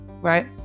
right